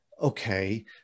okay